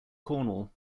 cornwall